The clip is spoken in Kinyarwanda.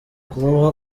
kuba